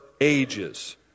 ages